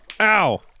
Ow